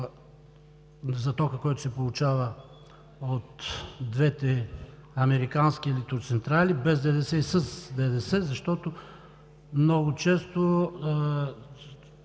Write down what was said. за тока, която се получава от двете американски електроцентрали, без и със ДДС, защото много често